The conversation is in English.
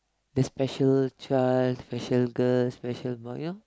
the special child special girl special boy you know